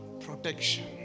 protection